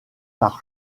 par